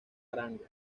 arango